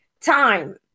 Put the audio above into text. time